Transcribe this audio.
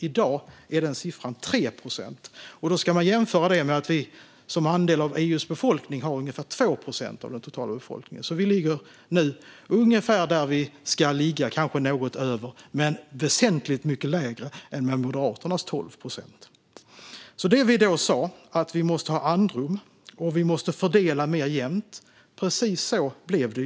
I dag är den siffran 3 procent. Detta ska jämföras med att vår andel av EU:s befolkning ligger på ungefär 2 procent. Vi ligger alltså nu ungefär där vi ska ligga - kanske något över men väsentligt mycket lägre än Moderaternas 12 procent. Vad vi sa då om att ha andrum och att vi måste fördela det hela mer jämnt har det precis också blivit.